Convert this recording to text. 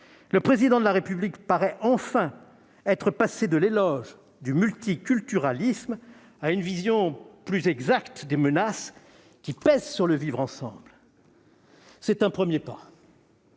Le Président de la République paraît être enfin passé de l'éloge du multiculturalisme à une vision plus exacte des menaces qui pèsent sur le vivre-ensemble. C'est un premier pas.